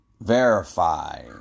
verify